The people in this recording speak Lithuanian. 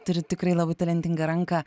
turi tikrai labai talentingą ranką